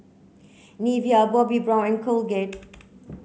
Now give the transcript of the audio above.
Nivea Bobbi Brown and Colgate